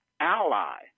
ally